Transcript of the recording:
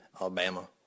Alabama